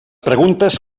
preguntes